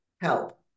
help